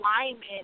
alignment